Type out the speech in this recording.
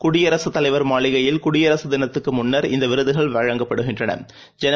குடியரசுத் தலைவர் மாளிகையில் குடியரசுத் தினத்துக்குமுன்னர் இந்தவிருதுகள் வழங்கப்படுகின்றன